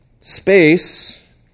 space